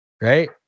right